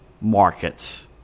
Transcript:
markets